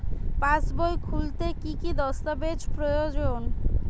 পাসবই খুলতে কি কি দস্তাবেজ প্রয়োজন?